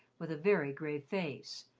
with a very grave face,